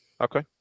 Okay